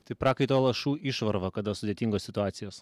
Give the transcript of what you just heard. tai prakaito lašų išvarva kada sudėtingos situacijos